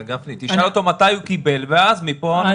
תשאל אותו מתי הוא קיבל ואז מפה נתחיל.